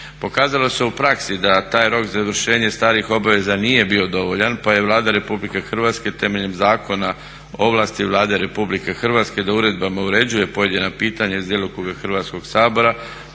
Pokazalo se u praksi da taj rok za izvršenje starih obveza nije bio dovoljan pa je Vlada Republike Hrvatske temeljem Zakona o ovlasti Vlade RH da uredbama uređuje pojedina pitanja iz djelokruga Hrvatskog sabora